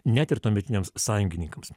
net ir tuometiniams sąjungininkams